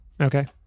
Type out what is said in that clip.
okay